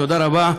תודה רבה.